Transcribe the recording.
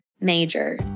major